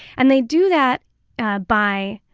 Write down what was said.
and they do that ah by,